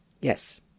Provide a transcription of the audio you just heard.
Yes